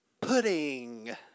pudding